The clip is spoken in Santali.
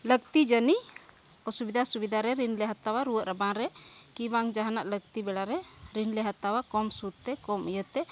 ᱞᱟᱹᱠᱛᱤ ᱡᱟᱹᱱᱤᱡᱽ ᱚᱥᱩᱵᱤᱫᱟ ᱥᱩᱵᱤᱫᱟ ᱨᱮ ᱨᱤᱱᱞᱮ ᱦᱟᱛᱟᱣᱟ ᱨᱩᱣᱟᱹᱜ ᱨᱟᱵᱟᱝᱼᱨᱮ ᱠᱤ ᱡᱟᱦᱟᱱᱟᱜ ᱞᱟᱹᱠᱛᱤ ᱵᱮᱲᱟᱨᱮ ᱨᱤᱱᱞᱮ ᱦᱟᱛᱟᱣᱟ ᱠᱚᱢ ᱥᱩᱫᱛᱮ ᱠᱚᱢ ᱤᱭᱟᱹᱛᱮ